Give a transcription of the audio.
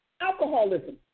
alcoholism